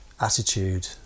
attitude